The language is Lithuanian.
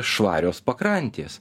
švarios pakrantės